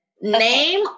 Name